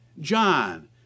John